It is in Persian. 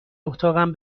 اتاقم